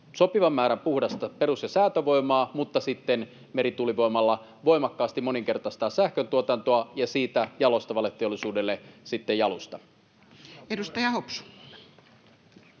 sopivan määrän puhdasta perus- ja säätövoimaa mutta sitten merituulivoimalla voimakkaasti moninkertaistamaan sähköntuotantoa ja siitä jalostavalle teollisuudelle sitten jalustaa.